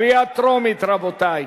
קריאה טרומית, רבותי.